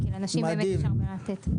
כי לנשים באמת יש הרבה מה לתת.